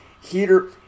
Heater